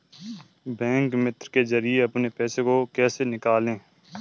Bank मित्र के जरिए अपने पैसे को कैसे निकालें?